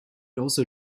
also